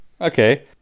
okay